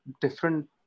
different